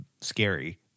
scary